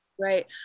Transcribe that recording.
Right